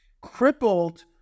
crippled